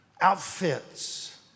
outfits